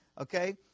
okay